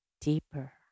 deeper